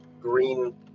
green